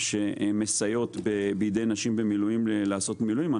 שמסייעות בידי נשים במילואים לעשות מילואים.